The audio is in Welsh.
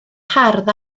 hardd